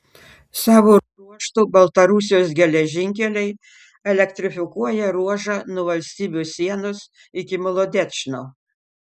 savo ruožtu baltarusijos geležinkeliai elektrifikuoja ruožą nuo valstybių sienos iki molodečno